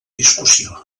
discussió